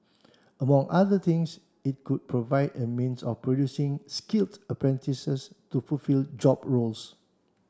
among other things it could provide a means of producing skilled apprentices to fulfil job roles